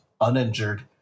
uninjured